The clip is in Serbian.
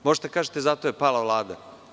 Možete da kažete – zato je pala Vlada.